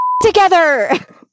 together